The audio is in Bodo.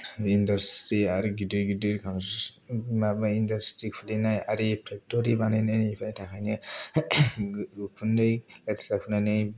इन्डास्ट्रि आरो गिदिर गिदिर माबा इन्डास्ट्रि खुलिनाय आरि फेक्टरि बानायनायनि थाखायनो उखुन्दै गनानै